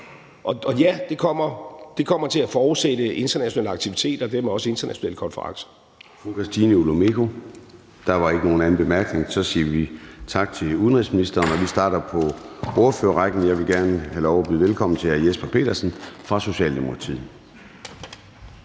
der. Det kommer til at forudsætte internationale aktiviteter og dermed også internationale konferencer.